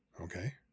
Okay